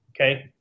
Okay